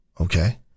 Okay